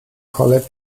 college